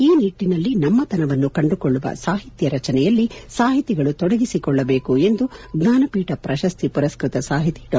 ಈ ನಿಟ್ಟಿನಲ್ಲಿ ನಮ್ಮತನವನ್ನು ಕಂಡುಕೊಳ್ಳುವ ಸಾಹಿತ್ಯ ರಚನೆಯಲ್ಲಿ ಸಾಹಿತಿಗಳು ತೊಡಗಿಸಿ ಕೊಳ್ಳ ಬೇಕು ಎಂದು ಜ್ವಾನಪೀಠ ಪ್ರಶಸ್ತಿ ಪುರಸ್ಟ್ರತ ಸಾಹಿತಿ ಡಾ